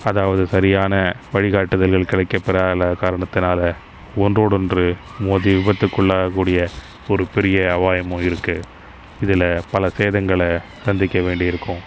அதாவது சரியான வழிகாட்டுதல்கள் கிடைக்கப் பெறாத காரணத்தினால் ஒன்றோடொன்று மோதி விபத்துகுள்ளாகக்கூடிய ஒரு பெரிய அபாயமும் இருக்குது இதில் பல சேதங்களை சந்திக்க வேண்டியிருக்கும்